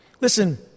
Listen